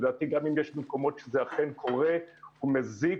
לדעתי גם אם יש מקומות שזה אכן קורה הוא מזיק.